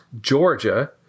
Georgia